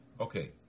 Okay